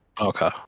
Okay